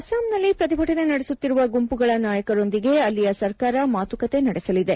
ಅಸ್ಪಾಂನಲ್ಲಿ ಪ್ರತಿಭಟನೆ ನಡೆಸುತ್ತಿರುವ ಗುಂಪುಗಳ ನಾಯಕರೊಂದಿಗೆ ಅಲ್ಲಿಯ ಸರ್ಕಾರ ಮಾತುಕತೆ ನಡೆಸಲಿದೆ